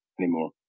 anymore